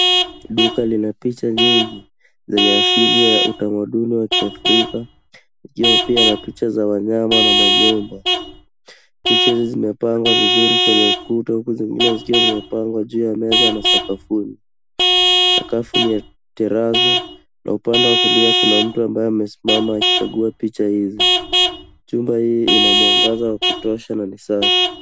Duka lina picha nyingi zenye asilia ya utamaduni wa kiafrika , likiwa pia na picha za wanyama na manyumba . Picha hizi zimepangwa vizuri kwenye ukuta huku zingine zikiwa zimepangwa juu ya meza na sakafuni. Sakafu ni ya terazo na upande wa kulia kuna mtu ambaye amesimama akikagua picha hizi. Jumba hii ina mwangaza wa kutosha na ni safi.